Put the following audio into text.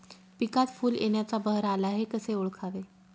पिकात फूल येण्याचा बहर आला हे कसे ओळखावे?